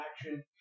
action